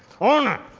Honor